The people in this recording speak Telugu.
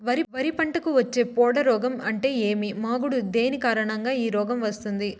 వరి పంటకు వచ్చే పొడ రోగం అంటే ఏమి? మాగుడు దేని కారణంగా ఈ రోగం వస్తుంది?